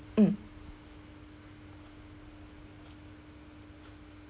mm